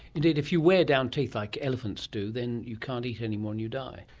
indeed, if you wear down teeth, like elephants do, then you can't eat anymore and you die.